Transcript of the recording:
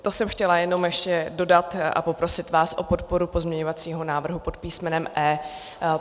To jsem chtěla jenom ještě dodat a poprosit vás o podporu pozměňovacího návrhu pod písmenem E.